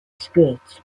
skirts